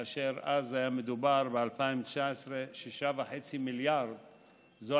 ואז היה מדובר ב-6.5 מיליארד ש"ח.